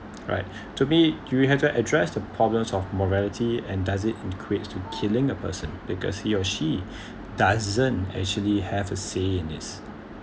right to me do we have to address the problems of morality and does it equates to killing a person because he or she doesn't actually have a say in this